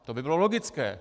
To by bylo logické.